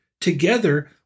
together